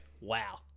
wow